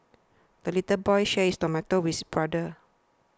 the little boy shared his tomato with brother